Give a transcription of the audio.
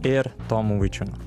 ir tomu vaičiūnu